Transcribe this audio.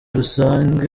rusange